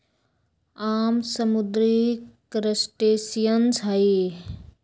आम समुद्री क्रस्टेशियंस हई